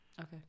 Okay